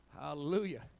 hallelujah